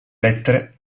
lettere